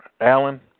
Alan